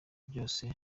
byose